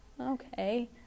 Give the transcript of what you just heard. okay